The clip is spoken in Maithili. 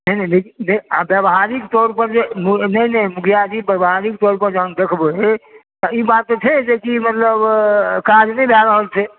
नहि नहि नहि आ व्यवहारिक तौर पर जे नहि नहि मुखिआजी व्यवहारिक तौर पर जहन देखबै तऽ ई बात तऽ छै जेकि मतलब काज नहि भए रहल छै